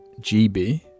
GB